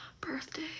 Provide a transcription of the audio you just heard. birthday